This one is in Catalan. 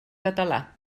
català